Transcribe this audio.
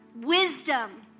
wisdom